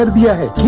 ah da